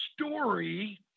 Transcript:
story